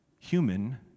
Human